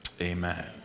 amen